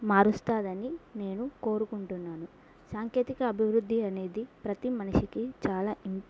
మారుస్తుందని నేను కోరుకుంటున్నాను సాంకేతిక అభివృద్ధి అనేది ప్రతి మనిషికి చాలా ఇం